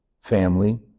family